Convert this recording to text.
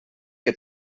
que